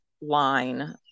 line